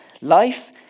life